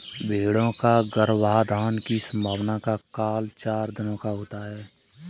भेंड़ों का गर्भाधान की संभावना का काल चार दिनों का होता है